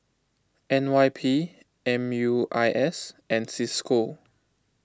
N Y P M U I S and Cisco